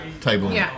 table